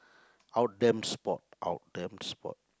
out them spot out them spot